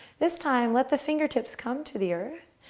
this time, let the fingertips come to the earth.